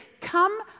come